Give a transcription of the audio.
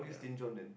yeah